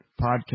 podcast